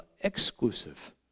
exclusive